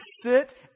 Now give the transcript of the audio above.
sit